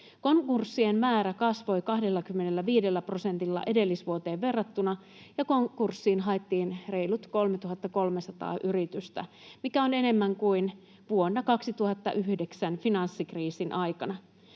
Konkurssien määrä kasvoi 25 prosentilla edellisvuoteen verrattuna, ja konkurssiin haettiin reilut 3 300 yritystä, mikä on enemmän kuin vuonna 2009 finanssikriisin aikana.